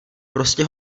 prostě